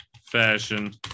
fashion